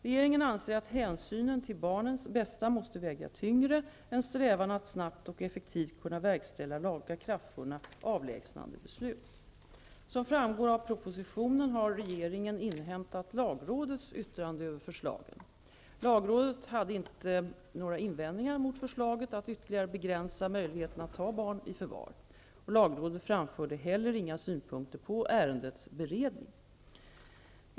Regeringen anser att hänsynen till barnens bästa måste väga tyngre än strävan att snabbt och effektivt kunna verkställa lagakraftvunna avlägsnandebeslut. Som framgår av propositionen har regeringen inhämtat lagrådets yttrande över förslagen. Lagrådet hade inte några invändningar mot förslaget att ytterligare begränsa möjligheterna att ta barn i förvar. Lagrådet framförde heller inga synpunkter på ärendets beredning.